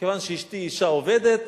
כיוון שאשתי אשה עובדת,